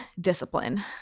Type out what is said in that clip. discipline